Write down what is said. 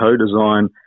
co-design